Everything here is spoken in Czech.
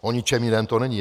O ničem jiném to není.